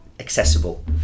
accessible